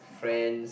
friend